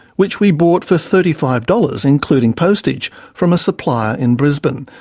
which we bought for thirty five dollars including postage from a supplier in brisbane.